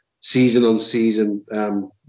season-on-season